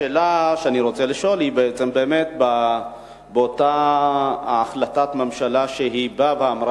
השאלה שאני רוצה לשאול היא באותה החלטת ממשלה שאמרה